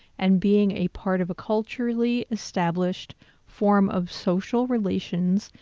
and being a part of a culturally established form of social relations,